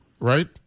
right